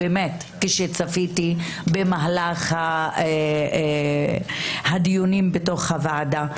כשצפיתי במהלך הדיונים בתוך הוועדה.